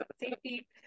safety